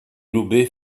loubet